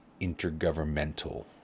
intergovernmental